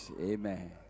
Amen